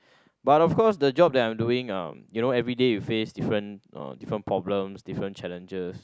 but of course the job that I'm doing uh you know everyday you face different uh different problems different challenges